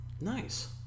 Nice